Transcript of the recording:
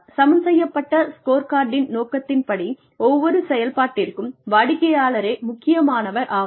சமன்செய்யப்பட்ட ஸ்கோர்கார்டின் நோக்கத்தின் படி ஒவ்வொரு செயல்பாட்டிற்கும் வாடிக்கையாளரே முக்கியமானவர் ஆவார்